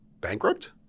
bankrupt